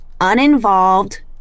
uninvolved